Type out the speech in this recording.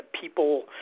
people